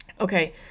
Okay